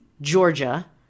Georgia